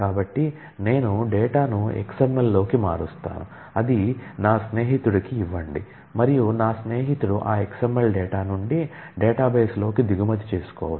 కాబట్టి నేను డేటాను XML లోకి మారుస్తాను అది నా స్నేహితుడికి ఇవ్వండి మరియు నా స్నేహితుడు ఆ XML నుండి డేటాబేస్లోకి దిగుమతి చేసుకోవచ్చు